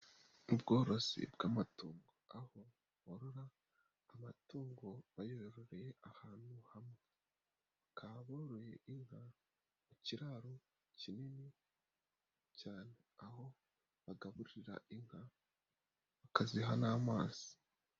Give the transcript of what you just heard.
Ubworozi bw'amatungo aho borora amatungo bayororeye ahantu hamwe, bakaba boroye inka mu kiraro kinini cyane, aho bagaburira inka bakaziha n'amazi.